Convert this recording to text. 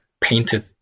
painted